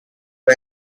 for